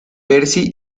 percy